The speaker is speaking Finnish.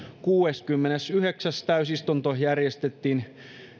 kuudeskymmenesyhdeksäs täysistunto järjestettiin